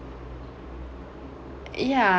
ya